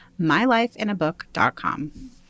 mylifeinabook.com